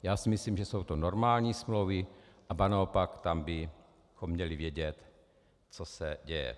Já si myslím, že jsou to normální smlouvy, ba naopak, tam bychom měli vědět, co se děje.